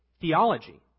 theology